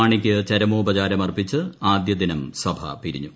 മാണിക്ക് ചരമോപ്പച്ചാര്ം അർപ്പിച്ച് ആദ്യദിനം സഭ പിരിഞ്ഞു